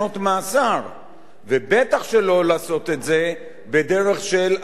ובטח שלא לעשות את זה בדרך של הגבלת הביטוי בכך